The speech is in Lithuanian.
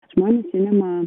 žmonės sinema